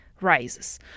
rises